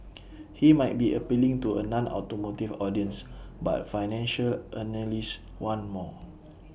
he might be appealing to A nonautomotive audience but financial analysts want more